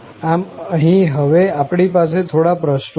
આમ અહીં હવે આપણી પાસે થોડા પ્રશ્નો છે